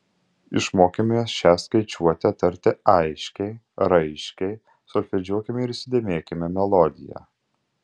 išmokime šią skaičiuotę tarti aiškiai raiškiai solfedžiuokime ir įsidėmėkime melodiją